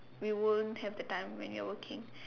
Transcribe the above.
we won't have the time when you are working